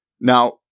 Now